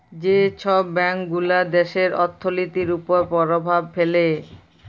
যে ছব ব্যাংকগুলা দ্যাশের অথ্থলিতির উপর পরভাব ফেলে